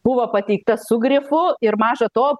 buvo pateikta su grifu ir maža to